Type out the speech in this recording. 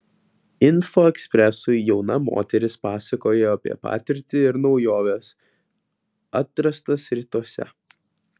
info ekspresui jauna moteris pasakojo apie patirtį ir naujoves atrastas rytuose